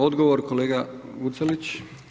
Odgovor, kolega Vucelić.